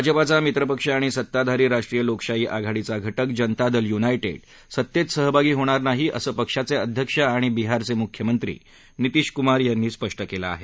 भाजपाचा नित्रपक्ष आणि सत्ताधारी राष्ट्रीय लोकशाही आघाडीचा घटक जनता दल युनायटेड सत्तेत सहभागी होणार नाही असं पक्षाचे अध्यक्ष आणि बिहारचे मुख्यमंत्री नितीष कुमार यांनी स्पष्ट केलं आहे